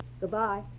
Goodbye